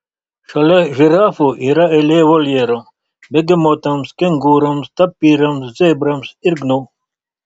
šalia žirafų yra eilė voljerų begemotams kengūroms tapyrams zebrams ir gnu